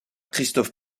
christophe